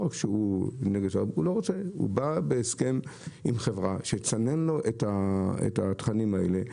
הוא בא בהסכם עם חברה שתסנן לו את התכנים האלה.